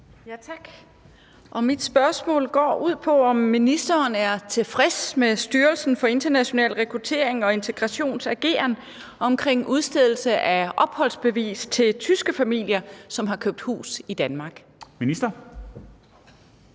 Mit spørgsmål lyder: Er ministeren tilfreds med Styrelsen for International Rekruttering og Integrations ageren omkring udstedelse af opholdsbevis til tyske familier, der har købt hus i Danmark?